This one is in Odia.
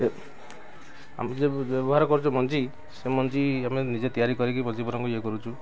ସେ ଆମେ ଯେ ବ୍ୟବହାର କରୁଛୁ ମଞ୍ଜି ସେ ମଞ୍ଜି ଆମେ ନିଜେ ତିଆରି କରିକି ମଞ୍ଜି ବରଂ ତାକୁ ଇଏ କରୁଛୁ